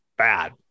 Bad